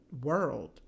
world